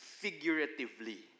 figuratively